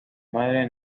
madre